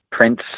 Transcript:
prince